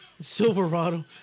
Silverado